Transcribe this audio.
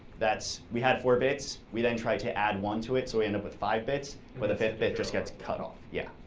that's we had four bits, we then try to add one to it, so we end up with five bits. but the fifth bit just gets cut off, yeah.